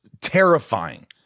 terrifying